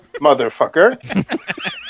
motherfucker